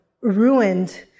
Ruined